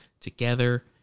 together